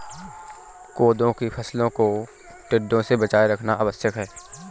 कोदो की फसलों को टिड्डों से बचाए रखना आवश्यक है